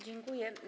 Dziękuję.